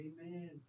Amen